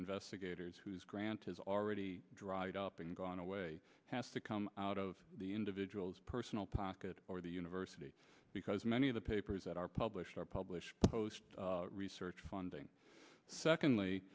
investigators whose grant is already dried up and gone away has to come out of the individual's personal pocket or the university because many of the papers that are published are published post research funding secondly